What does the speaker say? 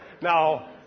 Now